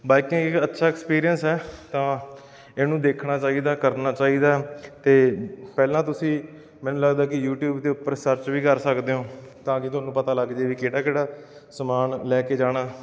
biking ਇੱਕ ਅੱਛਾ experience ਹੈ ਤਾਂ ਇਹਨੂੰ ਦੇਖਣਾ ਚਾਹੀਦਾ ਕਰਨਾ ਚਾਹੀਦਾ ਅਤੇ ਪਹਿਲਾਂ ਤੁਸੀਂ ਮੈਨੂੰ ਲੱਗਦਾ ਕਿ ਯੂਟੀਊਬ ਦੇ ਉੱਪਰ ਸਰਚ ਵੀ ਕਰ ਸਕਦੇ ਹੋ ਤਾਂ ਕਿ ਤੁਹਾਨੂੰ ਪਤਾ ਲੱਗ ਜਾਏ ਵੀ ਕਿਹੜਾ ਕਿਹੜਾ ਸਮਾਨ ਲੈ ਕੇ ਜਾਣਾ